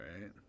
right